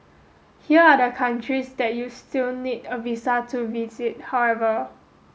here are the countries that you'll still need a visa to visit however